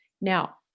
Now